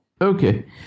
Okay